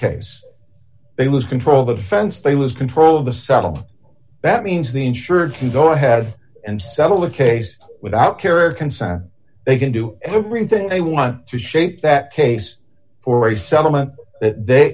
case they lose control the fence they lose control of the saddle that means the insurer can go ahead and settle the case without care or consent they can do everything they want to shape that case for a settlement that